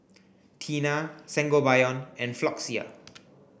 Tena Sangobion and Floxia